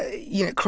you know,